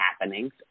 happenings